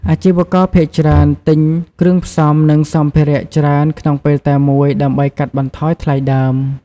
អាជីវករភាគច្រើនទិញគ្រឿងផ្សំ និងសម្ភារៈច្រើនក្នុងពេលតែមួយ ដើម្បីកាត់បន្ថយថ្លៃដើម។